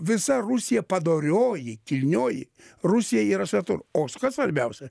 visa rusija padorioji kilnioji rusija yra svetur o kas svarbiausia